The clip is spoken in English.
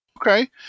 Okay